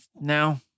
now